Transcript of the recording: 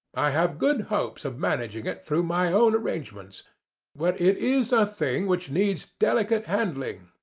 i have good hopes of managing it through my own arrangements but it is a thing which needs delicate handling,